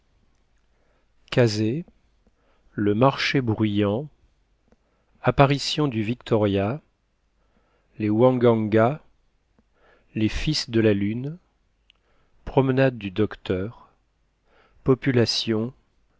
kazeh le marché bruyant apparition du victoria les wanganga les fils de la lune promenade du docteur population